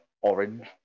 orange